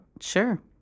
Sure